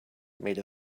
made